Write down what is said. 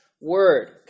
word